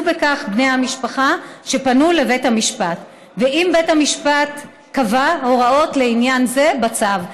בכך בני המשפחה שפנו לבית המשפט ואם בית המשפט קבע הוראות לעניין זה בצו.